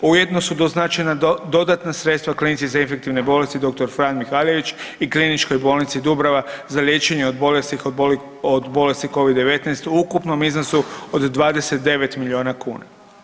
Ujedno su doznačena dodatna sredstva Klinici za infektivne bolesti Dr. Fran Mihaljević i Kliničkoj bolnici Dubrava za liječenje od bolesti Covid-19 u ukupnom iznosu od 29 miliona kuna.